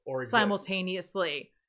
simultaneously